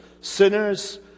sinners